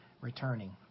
returning